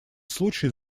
случае